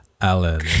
Alan